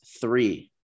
three